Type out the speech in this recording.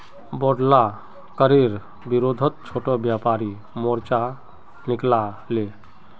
बोढ़ला करेर विरोधत छोटो व्यापारी मोर्चा निकला ले